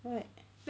right